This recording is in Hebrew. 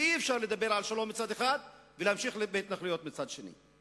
כי אי-אפשר לדבר על שלום מצד אחד ולהמשיך בהתנחלויות מצד שני,